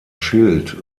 schild